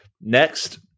Next